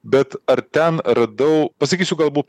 bet ar ten radau pasakysiu galbūt